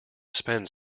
spend